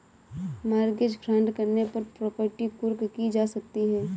mortgage fraud करने पर property कुर्क की जा सकती है